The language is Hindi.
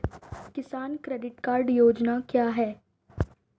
किसान क्रेडिट कार्ड योजना क्या है?